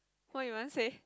what you want say